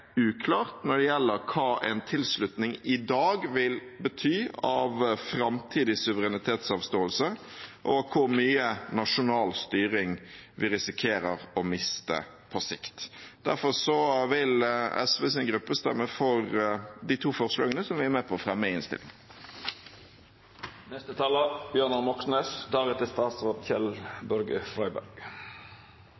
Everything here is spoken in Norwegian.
uklart når det gjelder hva en tilslutning i dag vil bety av framtidig suverenitetsavståelse, og hvor mye nasjonal styring vi risikerer å miste på sikt. Derfor vil SVs gruppe stemme for de to forslagene som vi er med på å fremme i